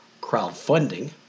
crowdfunding